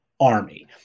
Army